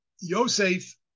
Yosef